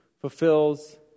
fulfills